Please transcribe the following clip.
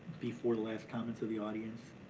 before the last comments of the audience,